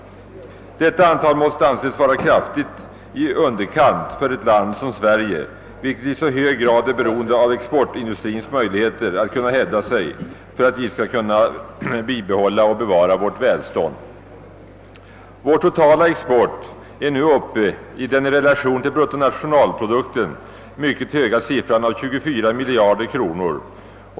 Detta antal måste anses vara kraftigt i underkant för ett land som Sverige, vilket i så hög grad är beroende av exportindustrins möjligheter att hävda sig, om det skall kunna bibehålla sitt välstånd. Vår totala export är nu uppe i den i relation till bruttonationalprodukten mycket höga siffran 24 miljarder kronor.